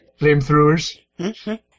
flamethrowers